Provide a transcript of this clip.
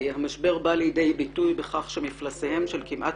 "המשבר בא לידי ביטוי בכך שמפלסיהם של כמעט